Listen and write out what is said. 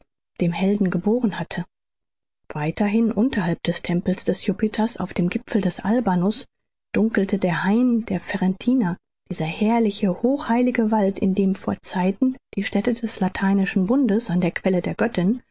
dem helden geboren hatte weiterhin unterhalb des tempels des jupiter auf dem gipfel des albanus dunkelte der hain der ferentina dieser herrliche hochheilige wald in dem vor zeiten die städte des lateinischen bundes an der quelle der göttin